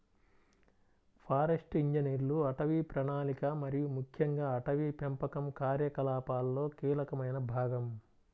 forest ఇంజనీర్లు అటవీ ప్రణాళిక మరియు ముఖ్యంగా అటవీ పెంపకం కార్యకలాపాలలో కీలకమైన భాగం